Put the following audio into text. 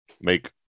make